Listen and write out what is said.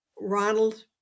Ronald